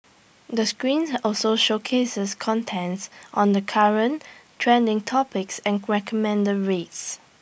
the screen also showcases contents on the current trending topics and recommended reads